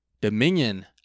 Dominion